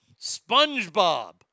SpongeBob